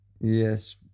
Yes